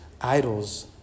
idols